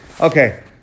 Okay